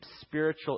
spiritual